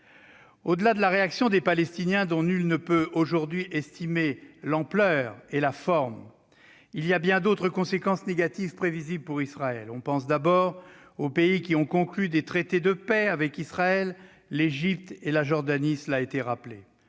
Au-delà de la réaction des Palestiniens, dont nul ne peut aujourd'hui estimer l'ampleur et la forme, il y a bien d'autres conséquences négatives prévisibles pour Israël. On pense d'abord aux pays qui ont conclu des traités de paix avec Israël : l'Égypte et la Jordanie. La Jordanie,